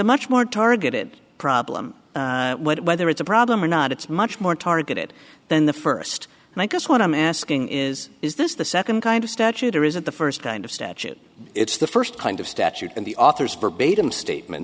a much more targeted problem whether it's a problem or not it's much more targeted than the first and i guess what i'm asking is is this the second kind of statute or is it the first kind of statute it's the first kind of statute in the author's verbatim statement